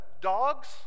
dogs